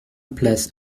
place